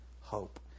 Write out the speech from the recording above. hope